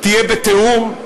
יהיה בתיאום.